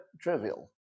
trivial